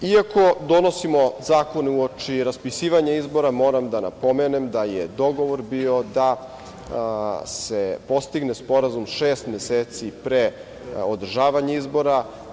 Iako donosimo zakone uoči raspisivanja izbora, moram da napomenem da je dogovor bio da se postigne sporazum šest meseci pre održavanja izbora.